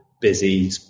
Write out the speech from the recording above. busy